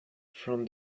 from